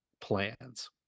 plans